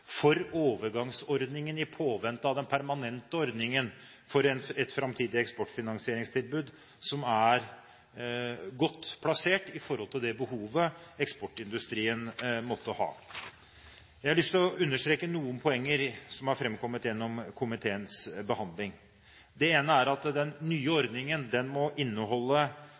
for overgangsordningen, i påvente av den permanente ordningen for et framtidig eksportfinansieringstilbud, som er godt plassert i forhold til det behovet eksportindustrien måtte ha. Jeg har lyst til å understreke noen poenger som har framkommet gjennom komiteens behandling. Det ene er at den nye ordningen må inneholde